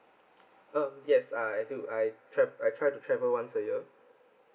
uh yes I I do I tra~ I try to travel once a year